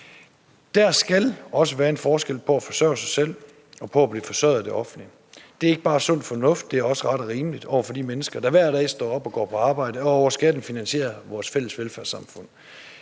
Der skal være en forskel på at forsørge sig selv og at blive forsørget af det offentlige. Det er ikke bare sund fornuft, det er også ret og rimeligt over for de mennesker, der hver dag står op og går på arbejde og over skatten finansierer vores fælles velfærdssamfund.